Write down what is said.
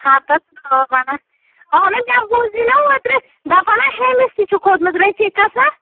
ہتا تَاون ہا اہنُو مےٚ بوٗزے نہ اوترٕ دَپان ہُمِس تہِ چھُو کھوٚتمُت رٔفیٖقس ہا